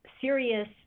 serious